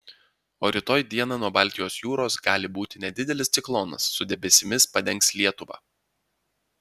o rytoj dieną nuo baltijos jūros gali būti nedidelis ciklonas su debesimis padengs lietuvą